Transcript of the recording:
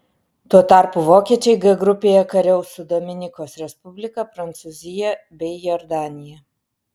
tuo tarpu vokiečiai g grupėje kariaus su dominikos respublika prancūzija bei jordanija